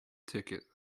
ticket